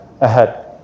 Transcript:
ahead